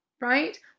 right